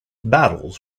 battles